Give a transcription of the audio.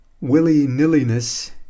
Willy-nilliness